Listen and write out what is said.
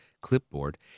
clipboard